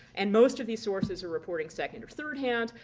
and most of these sources are reporting second or third-hand,